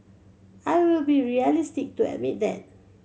I will be realistic to admit that